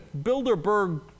Bilderberg